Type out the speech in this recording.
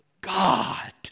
God